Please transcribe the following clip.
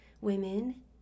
women